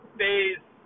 phase